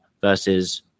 versus